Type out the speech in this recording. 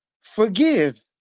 forgive